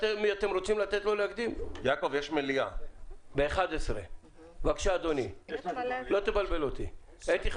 גם הצבעה, אם